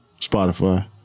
Spotify